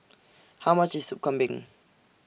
How much IS Soup Kambing